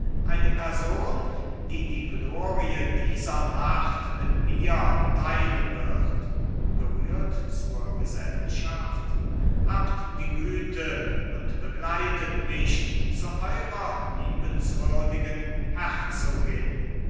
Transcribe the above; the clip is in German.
eine person die die glorie dieser nacht mit mir teilen wird gerührt zur gesellschaft habt die güte und begleitet mich zu eurer liebenswürdigen herzogin